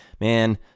Man